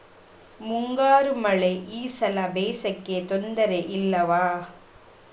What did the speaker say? ಮುಂಗಾರು ಮಳೆ ಈ ಸಲ ಬೇಸಾಯಕ್ಕೆ ತೊಂದರೆ ಇಲ್ವ?